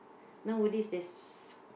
nowadays there's